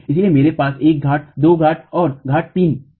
इसलिए मेरे पास 1 घाट 2 घाट और घाट 3 हैं